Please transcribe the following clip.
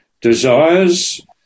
desires